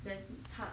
then 他